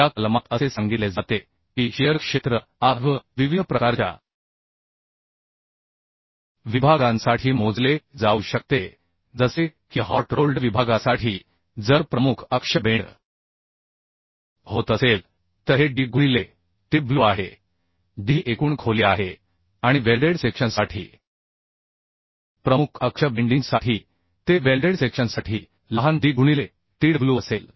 yaa कलमात असे सांगितले जाते की शिअर क्षेत्र a v विविध प्रकारच्या विभागांसाठी मोजले जाऊ शकते जसे की हॉट रोल्ड विभागासाठी जर प्रमुख अक्ष बेंड होत असेल तर हे d गुणिले tw आहे d ही एकूण खोली आहे आणि वेल्डेड सेक्शनसाठी प्रमुख अक्ष बेंडिंग साठी ते वेल्डेड सेक्शनसाठी लहान d गुणिले tw असेल